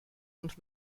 und